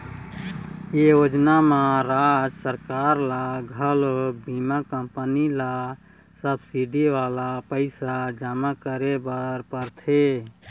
ए योजना म राज सरकार ल घलोक बीमा कंपनी ल सब्सिडी वाला पइसा जमा करे बर परथे